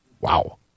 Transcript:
wow